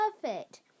perfect